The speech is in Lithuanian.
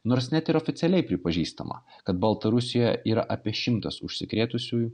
nors net ir oficialiai pripažįstama kad baltarusijoje yra apie šimtas užsikrėtusiųjų